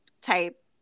type